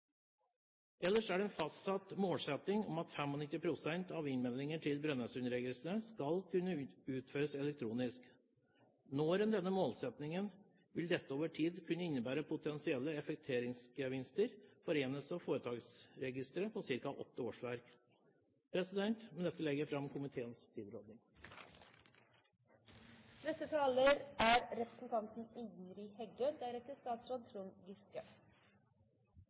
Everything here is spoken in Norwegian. ellers en fastsatt målsetting at 95 pst. av innmeldinger til Brønnøysundregistrene skal kunne utføres elektronisk. Når en denne målsettingen, vil dette over tid kunne innebære potensielle effektiviseringsgevinster for Enhetsregisteret og Foretaksregisteret på ca. åtte årsverk. Med dette legger jeg fram komiteens tilråding. Som saksordføraren sa, er